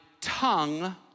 tongue